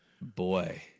Boy